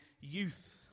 youth